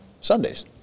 Sundays